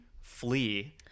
flee